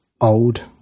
old